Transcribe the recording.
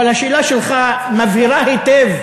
אבל השאלה שלך מבהירה היטב,